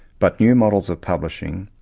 but new models of publishing,